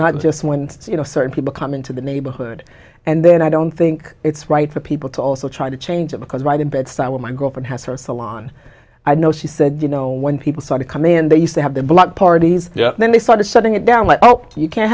go just when you know certain people come into the neighborhood and then i don't think it's right for people to also try to change it because right in bed with my girlfriend has her salon i know she said you know when people started coming and they used to have the block parties then they started shutting it down but i hope you can